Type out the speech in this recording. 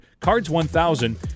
CARDS1000